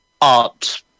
art